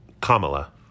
Kamala